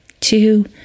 two